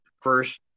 first